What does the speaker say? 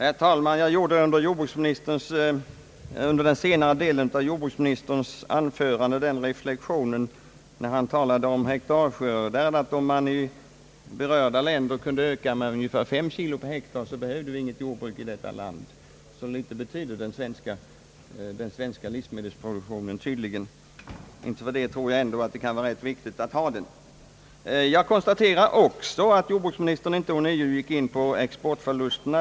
Herr talman! Jag gjorde under den senare delen av jordbruksministerns anförande den reflexionen att om man i berörda länder kunde öka skörden med ungefär fem kilo per hektar, då behövde vi inget jordbruk alls i detta land. Så mycket betyder ju den svenska livsmedelsproduktiocnen, så man kan förstå vissas reflexion. Trots detta tror jag att det ändå kan vara rätt bra att ha den. Jag konstaterar också att jordbruksministern inte ånyo gick in på exportförlusterna.